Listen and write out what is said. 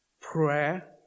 Prayer